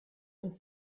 und